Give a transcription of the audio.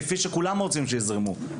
כפי שכולם רוצים שהם יזרמו.